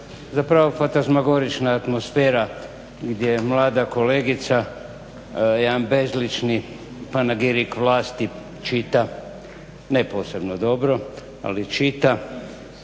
zapravo fatazmagorična atmosfera gdje mlada kolegica jedan bezlični panegirik vlasti čita ne posebno dobro ali čita